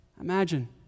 Imagine